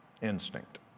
instinct